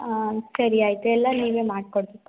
ಆಂ ಸರಿ ಆಯಿತು ಎಲ್ಲ ನೀವೇ ಮಾಡಿಕೊಡ್ಬೇಕು